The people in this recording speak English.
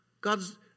God's